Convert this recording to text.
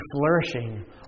flourishing